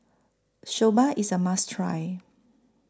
Soba IS A must Try